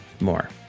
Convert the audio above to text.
More